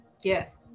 Yes